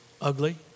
ugly